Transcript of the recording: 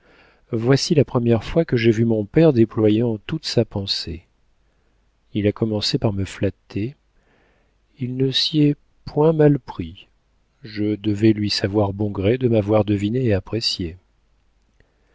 voici la première fois que j'ai vu mon père déployant toute sa pensée il a commencé par me flatter il ne s'y est point mal pris je devais lui savoir bon gré de m'avoir devinée et appréciée